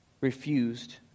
refused